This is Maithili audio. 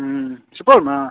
सुपौलमे